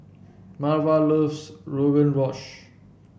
Marva loves Rogan Josh